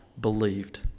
believed